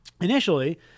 initially